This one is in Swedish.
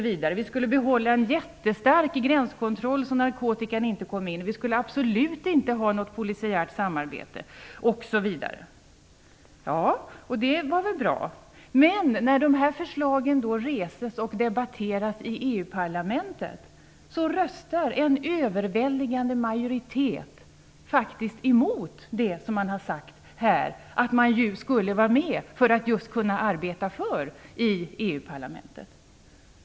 Vi skulle behålla en jättesträng gränskontroll så att narkotikan inte kom in i landet. Vi skulle absolut inte ha något polisiärt samarbete. Ja, det var väl bra. Men när dessa förslagen lades fram och debatterades i EU-parlamentet så röstade en överväldigande majoritet emot det som man hade sagt här, att man skulle vara med för att kunna arbeta för detta i EU-parlamentet.